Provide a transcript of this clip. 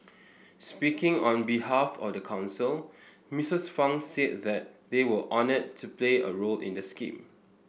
speaking on behalf the council Mistress Fang said that they were honoured to play a role in the scheme